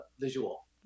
visual